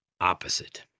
opposite